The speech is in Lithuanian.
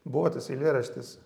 buvo tas eilėraštis